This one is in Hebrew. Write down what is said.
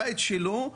הבית שלו,